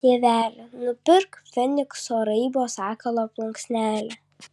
tėveli nupirk fenikso raibo sakalo plunksnelę